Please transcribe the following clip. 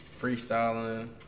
freestyling